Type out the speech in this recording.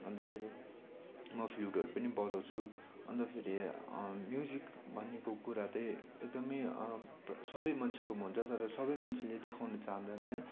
अन्त फेरि म फ्ल्युटहरू पनि बजाउँछु अन्त फेरि म्युजिक भनेको कुरा त्यही एकदमै सबै मान्छेकोमा हुन्छ तर सबै मान्छेले देखाउन चाहँदैन है